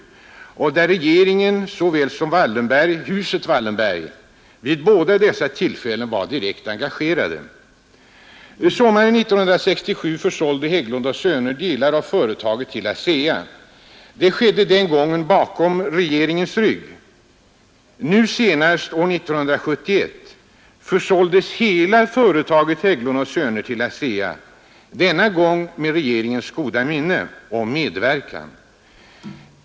Vid båda dessa tillfällen var regeringen, såväl som huset Wallenberg, direkt engagerade. Sommaren 1967 försålde Hägglund & Söner delar av företaget till ASEA. Det skedde den gången bakom regeringens rygg. Nu senast 1971 försåldes hela företaget Hägglund & Söner till ASEA, denna gång med regeringens goda minne och medverkan.